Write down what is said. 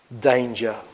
danger